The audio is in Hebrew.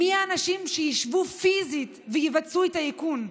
מי האנשים שישבו פיזית ויבצעו את האיכון?